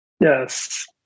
Yes